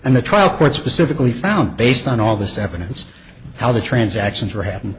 and the trial court specifically found based on all this evidence how the transactions were h